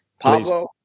Pablo